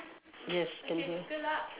yes can hear